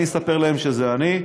אני אספר להם שזה אני.